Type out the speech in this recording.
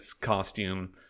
costume